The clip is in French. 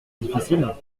difficile